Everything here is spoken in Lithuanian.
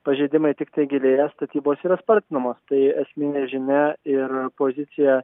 pažeidimai tiktai gilėja statybos yra spartinimos tai esminė žinia ir pozicija